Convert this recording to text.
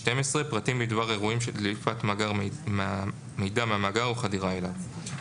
פרטים בדבר אירועים של דליפת מידע מהמאגר או חדירה אליו.